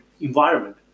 environment